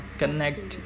connect